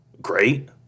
great